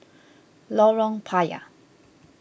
Lorong Payah